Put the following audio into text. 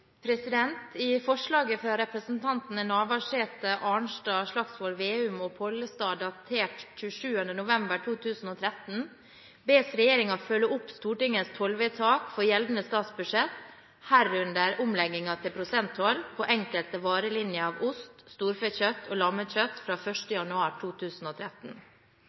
I forslaget fra representantene Navarsete, Arnstad, Slagsvold Vedum og Pollestad, datert 27. november 2013, bes regjeringen følge opp Stortingets tollvedtak for gjeldende statsbudsjett, herunder omleggingen til prosenttoll på enkelte varelinjer av ost, storfekjøtt og lammekjøtt fra 1. januar 2013.